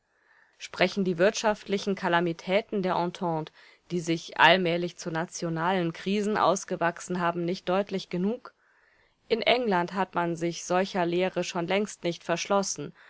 sprechen die wirtschaftlichen kalamitäten der entente die sich allmählich zu nationalen krisen ausgewachsen haben nicht deutlich genug in england hat man sich solcher lehre schon längst nicht verschlossen